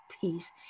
peace